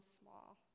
small